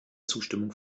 zustimmung